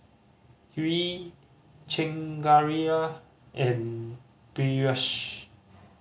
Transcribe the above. Hri Chengara and Peyush